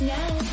Now